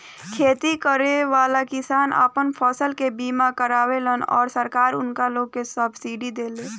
खेती करेवाला किसान आपन फसल के बीमा करावेलन आ सरकार उनका लोग के सब्सिडी देले